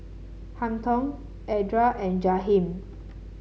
Hampton Edra and Jaheem